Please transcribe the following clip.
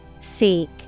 Seek